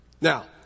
Now